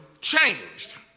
changed